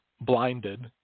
blinded